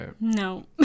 No